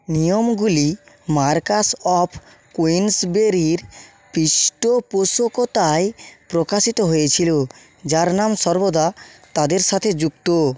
নিয়মগুলি marquess of কুইন্সবেরির পৃষ্ঠপোষকতায় প্রকাশিত হয়েছিল যার নাম সর্বদা তাদের সাথে যুক্ত